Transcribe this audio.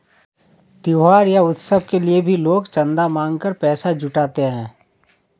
त्योहार या उत्सव के लिए भी लोग चंदा मांग कर पैसा जुटाते हैं